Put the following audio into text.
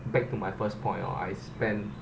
back to my first point oh I spend